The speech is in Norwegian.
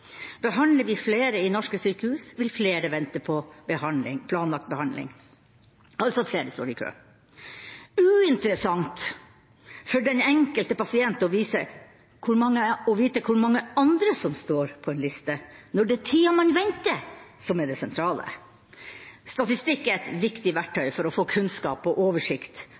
Behandler vi flere i norske sykehus, vil flere vente på planlagt behandling – altså flere står i kø. Det er uinteressant for den enkelte pasient å vite hvor mange andre som står på en liste, når det er den tida man må vente, som er det sentrale. Statistikk er et viktig verktøy for å få kunnskap og oversikt